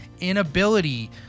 inability